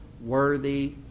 worthy